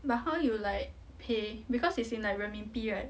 but how you like pay because it's in like 人名币 right